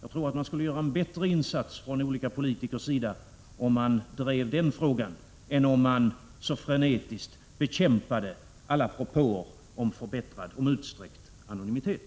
Det skulle vara en bättre insats från olika politikers sida att driva den frågan än att så frenetiskt bekämpa alla propåer om utsträckt anonymitet.